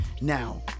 Now